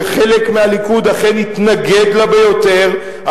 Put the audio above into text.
שחלק מהליכוד אכן התנגד לה ביותר,